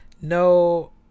no